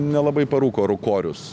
nelabai parūko rūkorius